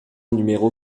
numéro